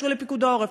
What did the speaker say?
התקשרו לפיקוד העורף.